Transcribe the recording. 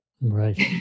Right